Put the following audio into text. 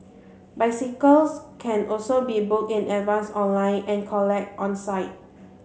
bicycles can also be booked in advance online and collected on site